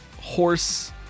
horse